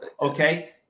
Okay